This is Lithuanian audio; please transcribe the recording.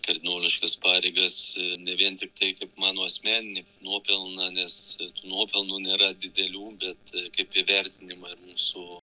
kardinoliškas pareigas ne vien tiktai kaip mano asmeninį nuopelną nes nuopelnų nėra didelių bet kaip įvertinimą ir mūsų